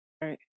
Right